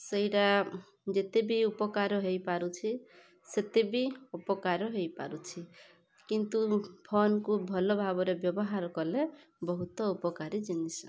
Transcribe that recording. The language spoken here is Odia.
ସେଇଟା ଯେତେବି ଉପକାର ହୋଇପାରୁଛି ସେତେବି ଅପକାର ହୋଇପାରୁଛି କିନ୍ତୁ ଫୋନ୍କୁ ଭଲଭାବରେ ବ୍ୟବହାର କଲେ ବହୁତ ଉପକାରୀ ଜିନିଷ